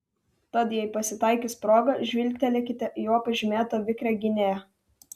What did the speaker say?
tad jei pasitaikys proga žvilgtelėkite į juo pažymėtą vikrią gynėją